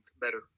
better